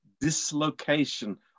dislocation